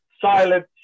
silent